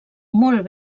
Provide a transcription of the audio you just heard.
molt